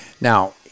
Now